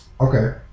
Okay